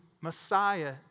Messiah